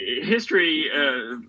history